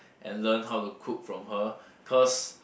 and learn how to cook from her cause